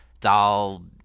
doll